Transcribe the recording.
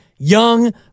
Young